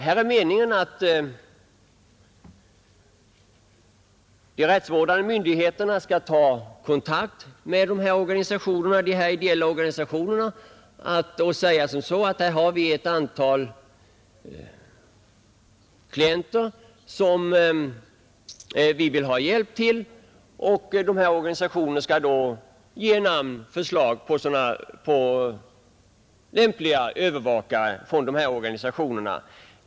Det är meningen att de rättsvårdande myndigheterna skall ta kontakt med dessa ideella organisationer och säga: Här har vi ett antal klienter som vi vill ha hjälp till. Organisationerna skall då ge förslag på lämpliga övervakare från organisationerna.